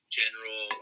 general